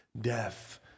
death